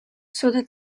sota